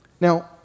Now